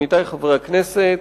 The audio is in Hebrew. עמיתי חברי הכנסת,